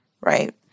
right